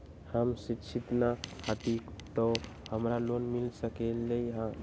हम शिक्षित न हाति तयो हमरा लोन मिल सकलई ह?